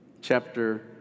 Chapter